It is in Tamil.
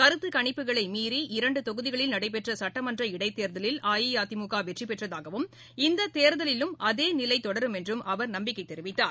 கருத்துக்கணிப்புகளை மீறி இரண்டு தொகுதிகளில் நடைபெற்ற சட்டமன்ற இடைத்தேர்தலில் அஇஅதிமுக வெற்றிவெற்றதாகவும் இந்த தேர்தலிலும் அதே நிலை தொடரும் என்றும் அவர் நம்பிக்கை தெரிவித்தார்